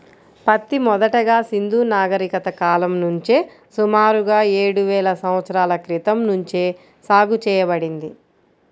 పత్తి మొదటగా సింధూ నాగరికత కాలం నుంచే సుమారుగా ఏడువేల సంవత్సరాల క్రితం నుంచే సాగు చేయబడింది